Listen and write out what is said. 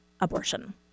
abortion